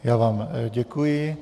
Já vám děkuji.